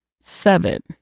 seven